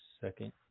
second